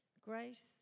grace